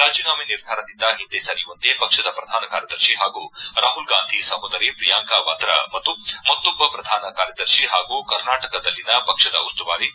ರಾಜೀನಾಮೆ ನಿರ್ಧಾರದಿಂದ ಹಿಂದೆ ಸರಿಯುವಂತೆ ಪಕ್ಷದ ಪ್ರಧಾನ ಕಾರ್ಯದರ್ಶಿ ಹಾಗೂ ರಾಹುಲ್ ಗಾಂಧಿ ಸಹೋದರಿ ಪ್ರಿಯಾಂಕ ವಾದ್ರಾ ಮತ್ತು ಮತ್ತೊಬ್ಬ ಪ್ರಧಾನ ಕಾರ್ಯದರ್ಶಿ ಹಾಗೂ ಕರ್ನಾಟಕದಲ್ಲಿನ ಪಕ್ಷದ ಉಸ್ತುವಾರಿ ಕೆ